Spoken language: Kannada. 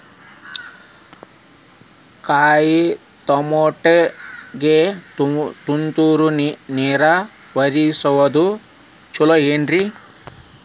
ಕಾಯಿತಮಾಟಿಗ ತುಂತುರ್ ನೇರ್ ಹರಿಸೋದು ಛಲೋ ಏನ್ರಿ?